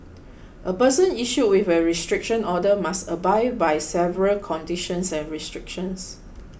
a person issued with a restriction order must abide by several conditions and restrictions